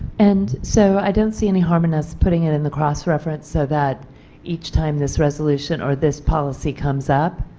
and so i don't see any harm in us putting it in the cross-reference so that each time this resolution or this policy comes up,